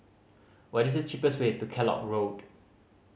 what is the cheapest way to Kellock Road